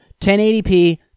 1080p